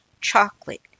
chocolate